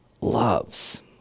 loves